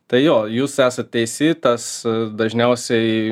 tai jo jūs esat teisi tas dažniausiai